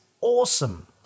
awesome